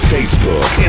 Facebook